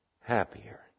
happier